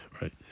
right